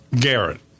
Garrett